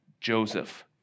Joseph